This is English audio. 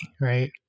right